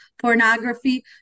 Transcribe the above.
pornography